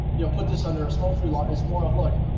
you know put this under a smoke-free law. it's more of, look,